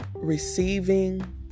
receiving